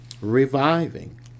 reviving